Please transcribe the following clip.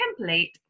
template